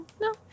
no